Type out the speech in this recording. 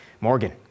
Morgan